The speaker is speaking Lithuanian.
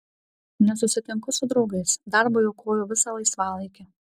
nesusitinku su draugais darbui aukoju visą laisvalaikį